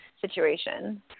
situation